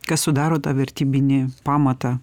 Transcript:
kas sudaro tą vertybinį pamatą